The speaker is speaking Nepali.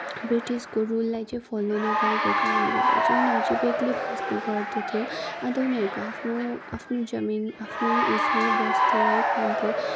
ब्रिटिसको रूललाई चाहिँ फलो नगरेको कारणले गर्दाखेरि चाहिँ उनीहरू चाहिँ बेग्लै बस्ने गर्दै थियो अन्त उनीहरूको आफ्नो आफ्नो जमिन आफ्नो उसमै बस्थ्यो है खान्थ्यो